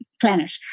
planet